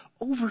over